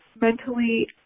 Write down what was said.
mentally